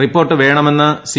report വേണമെന് C